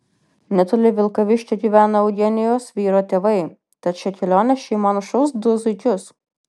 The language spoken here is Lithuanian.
netoli vilkaviškio gyvena eugenijos vyro tėvai tad šia kelione šeima nušaus du zuikius